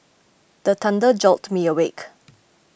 the thunder jolt me awake